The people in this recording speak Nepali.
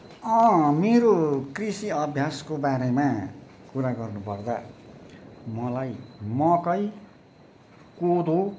मेरो कृषि अभ्यासको बारेमा कुरा गर्नुपर्दा मलाई मकै कोदो